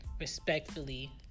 respectfully